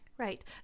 Right